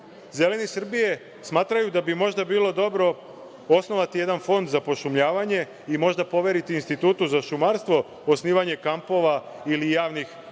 Srbije smatraju da bi možda bilo dobro osnovati jedan fond za pošumljavanje i možda poveriti Institutu za šumarstvo osnivanje kampova ili javnih radova